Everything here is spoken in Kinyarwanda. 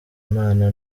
imana